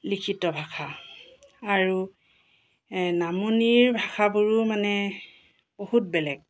লিখিত ভাষা আৰু নামনিৰ ভাষাবোৰো মানে বহুত বেলেগ